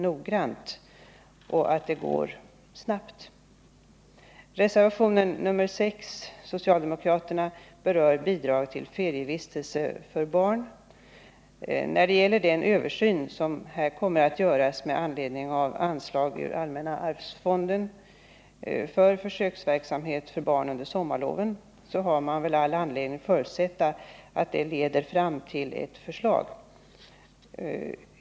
Reservationen 6, avgiven av de socialdemokratiska representanterna i utskottet, berör bidrag till ferievistelse för barn. Medel har anslagits ur allmänna arvsfonden för försöksverksamhet för barn under sommarloven. En översyn kommer att göras av formerna för bidragsgivningen från fonden, och man har all anledning förutsätta att den leder fram till ett förslag.